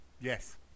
Yes